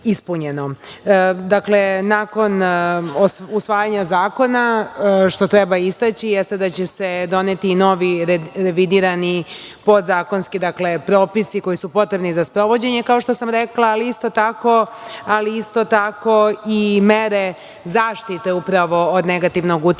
nakon usvajanja zakona, što treba istaći, jeste da će se doneti novi revidirani podzakonski propisi koji su potrebni za sprovođenje kao što sam rekla, ali isto tako i mere zaštite od negativnog uticaja